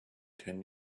ten